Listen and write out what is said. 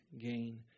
gain